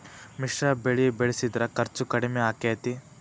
ಮಿಶ್ರ ಬೆಳಿ ಬೆಳಿಸಿದ್ರ ಖರ್ಚು ಕಡಮಿ ಆಕ್ಕೆತಿ?